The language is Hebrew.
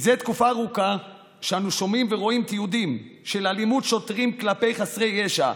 תקופה ארוכה אנו שומעים ורואים תיעודים של אלימות שוטרים כלפי חסרי ישע,